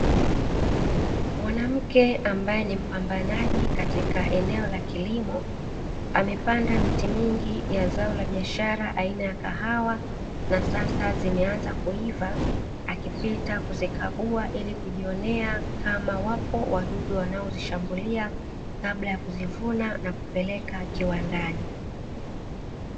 Mwanamke ambaye ni mpambanaji katika eneo la kilimo amepanda miti mingi ya zao la biashara aina ya kahawa na sasa zimeanza kuiva, akipita kuzikagua ili kujionea kama wapo wadudu wanaozishambulia kabla ya kuzivuna na kupeleka kiwandani.